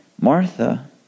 Martha